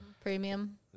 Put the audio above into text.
premium